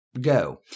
Go